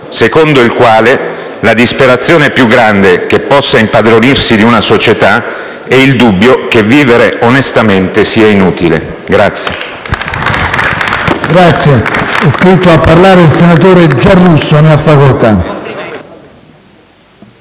secondo il quale la disperazione più grande che possa impadronirsi di una società è il dubbio che vivere onestamente sia inutile.